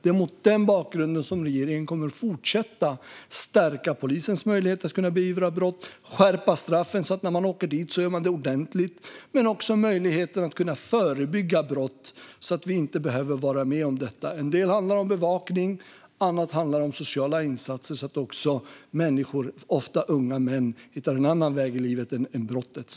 Det är mot den bakgrunden som regeringen kommer att fortsätta att stärka polisens möjlighet att beivra brott och att skärpa straffen, så att de som åker dit gör det ordentligt. Men det handlar också om möjligheten att förebygga brott, så att vi inte behöver vara med om detta. En del handlar om bevakning. Annat handlar om sociala insatser, så att människor, ofta unga män, hittar en annan väg i livet än brottets.